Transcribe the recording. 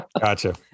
Gotcha